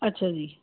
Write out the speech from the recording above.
ਅੱਛਾ ਜੀ